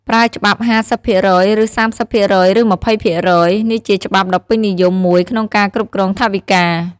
ប្រើច្បាប់ ៥០% ឬ៣០% ឬ២០% នេះជាច្បាប់ដ៏ពេញនិយមមួយក្នុងការគ្រប់គ្រងថវិកា។